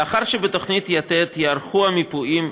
לאחר שבתוכנית יתד ייערכו המיפויים,